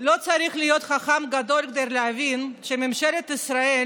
לא צריך להיות חכם גדול כדי להבין שממשלת ישראל